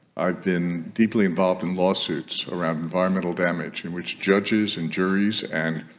i've been deeply involved in lawsuit around environmental damage in which judges and juries and